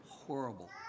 horrible